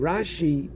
Rashi